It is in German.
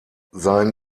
sein